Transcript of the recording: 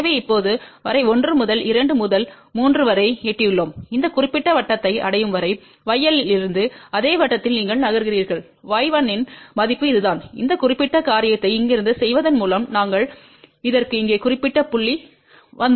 எனவே இப்போது வரை 1 முதல் 2 முதல் 3 வரை எட்டியுள்ளோம் இந்த குறிப்பிட்ட வட்டத்தை அடையும் வரை yL இலிருந்து அதே வட்டத்தில் நீங்கள் நகர்கிறீர்கள் y1 இன் மதிப்பு இதுதான் இந்த குறிப்பிட்ட காரியத்தை இங்கிருந்து செய்வதன் மூலம் நாங்கள் இதற்கு இங்கே குறிப்பிட்ட புள்ளிவந்துள்ளோம்